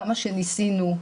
כמה שניסינו,